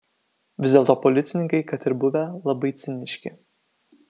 vis dėlto policininkai kad ir buvę labai ciniški